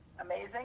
amazing